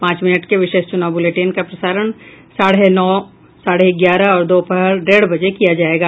पांच मिनट के विशेष चुनाव बुलेटिन का प्रसारण साढ़े नौ साढ़े ग्यारह और दोपहर डेढ़ बजे किया जायेगा